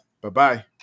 Bye-bye